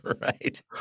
Right